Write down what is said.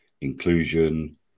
inclusion